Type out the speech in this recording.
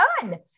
done